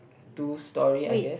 two storey I guess